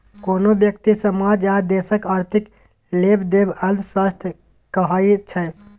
कोनो ब्यक्ति, समाज आ देशक आर्थिक लेबदेब अर्थशास्त्र कहाइ छै